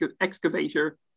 excavator